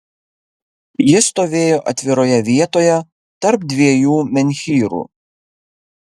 ji stovėjo atviroje vietoje tarp dviejų menhyrų